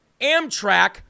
Amtrak